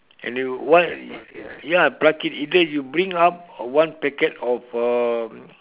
and you what ya pluck it either you bring up one packet of uh